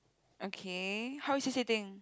okay how is he sitting